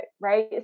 right